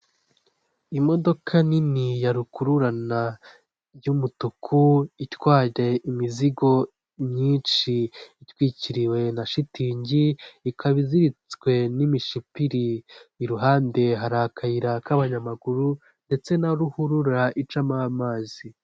Imodoka nini ya rukururana y'umutuku itwaye imizigo myinshi itwikiriwe na shitingi ikaba iziritswe n'imishipiri, iruhande hari akayira k'abanyamaguru ndetse na ruhurura icamo amazi.